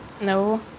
No